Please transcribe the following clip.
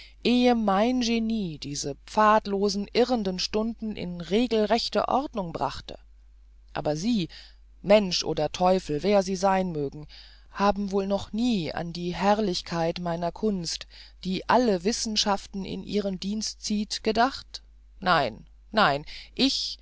mein genie diese pfadlos irrenden stunden in regelrechte ordnung brachte aber sie mensch oder teufel wer sie sein mögen haben wohl noch nie an die herrlichkeit meiner kunst die alle wissenschaften in ihren dienst zieht gedacht nein nein ich